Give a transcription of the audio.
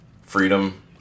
Freedom